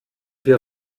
wir